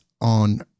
on